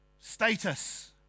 status